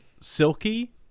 silky